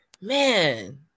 man